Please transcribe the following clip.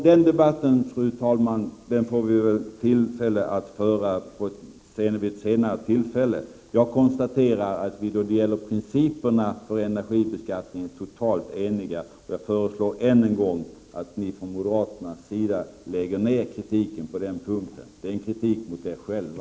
Den debatten får vi väl tillfälle att föra senare. Jag konstaterar att vi då det gäller principerna för energibeskattning är totalt eniga. Jag föreslår än en gång att ni från moderaterna lägger ner kritiken på den punkten. Den är en kritik mot er själva.